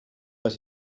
but